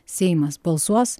seimas balsuos